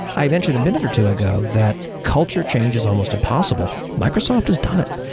i mentioned a minute or two ago, that culture change is almost impossible. microsoft has done it.